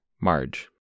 Marge